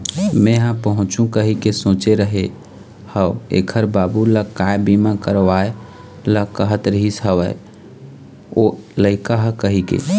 मेंहा पूछहूँ कहिके सोचे रेहे हव ऐखर बाबू ल काय बीमा करवाय ल कहत रिहिस हवय ओ लइका ह कहिके